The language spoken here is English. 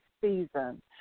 season